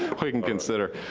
we can consider.